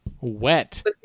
wet